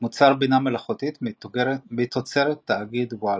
מוצר בינה מלאכותית מתוצרת תאגיד וואלאס.